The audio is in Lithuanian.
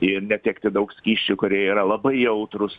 ir netekti daug skysčių kurie yra labai jautrūs